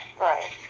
Right